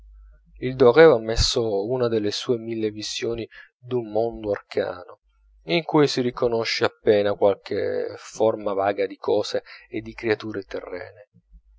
il dorè v'ha messo una delle sue mille visioni d'un mondo arcano in cui si riconosce appena qualche forma vaga di cose e di creature terrene